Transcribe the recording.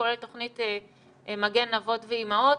כולל תוכנית 'מגן אבות ואימהות',